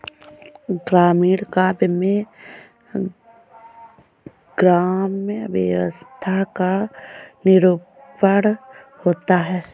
ग्रामीण काव्य में ग्राम्य व्यवस्था का निरूपण होता है